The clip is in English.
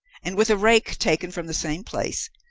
and, with a rake taken from the same place,